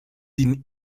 dîn